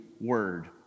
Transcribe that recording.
word